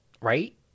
Right